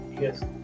Yes